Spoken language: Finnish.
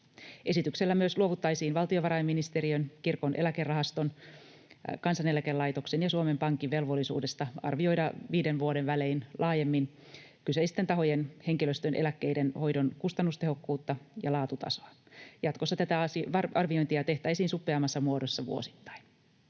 Esityksellä myös luovuttaisiin valtiovarainministeriön, Kirkon eläkerahaston, Kansaneläkelaitoksen ja Suomen Pankin velvollisuudesta arvioida viiden vuoden välein laajemmin kyseisten tahojen henkilöstön eläkkeiden hoidon kustannustehokkuutta ja laatutasoa. Jatkossa tätä arviointia tehtäisiin suppeammassa muodossa vuosittain.